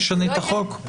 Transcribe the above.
נשנה את החוק?